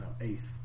eighth